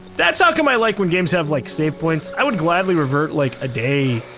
that's how come i like when games have like save points. i would gladly revert like a day